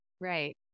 Right